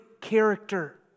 character